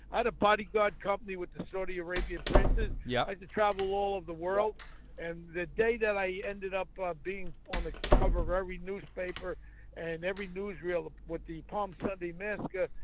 i had a body guard company with the saudi arabian princes yeah i had to travel all over the world and the day that i ended up ah being on the cover of every newspaper and every news reel with the palm sunday mask. ah